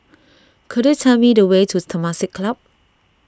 could you tell me the way to Temasek Club